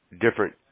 different